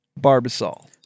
Barbasol